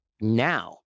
now